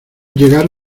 llegar